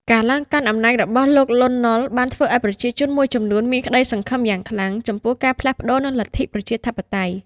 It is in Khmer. ការឡើងកាន់អំណាចរបស់លោក លន់ នល់ បានធ្វើឲ្យប្រជាជនមួយចំនួនមានក្តីសង្ឃឹមយ៉ាងខ្លាំងចំពោះការផ្លាស់ប្តូរនិងលទ្ធិប្រជាធិបតេយ្យ។